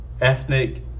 ethnic